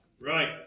Right